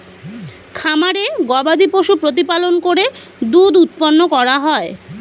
খামারে গবাদিপশু প্রতিপালন করে দুধ উৎপন্ন করা হয়